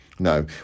No